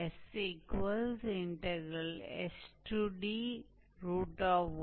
हम ds को dt के टर्म में भी लिख सकते हैं तब यह इंटेग्रल होगा यहाँ t a से b तक है